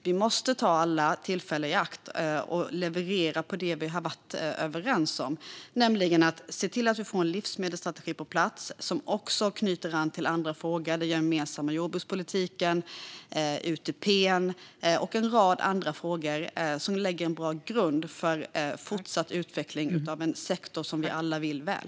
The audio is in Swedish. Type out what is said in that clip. Vi måste ta varje tillfälle i akt och leverera resultat på sådant som vi har varit överens om, till exempel att få en livsmedelsstrategi på plats som också knyter an till andra frågor. Det gäller den gemensamma jordbrukspolitiken, UTP-direktivet och en rad andra frågor som lägger en bra grund för fortsatt utveckling av en sektor som vi alla vill väl.